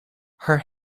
her